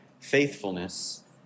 faithfulness